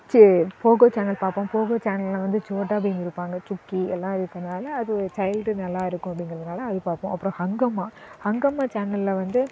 சே Pogo channel பார்ப்போம் Pogo சேனல்ல வந்து சோட்டா பீம் இருப்பாங்கள் சுட்கி எல்லாம் இருக்கனால அது சைல்டு நல்லாயிருக்கும் அப்படிங்கிறதுனால அது பார்ப்போம் அப்புறோம் ஹங்கம்மா ஹங்கம்மா சேனல்ல வந்து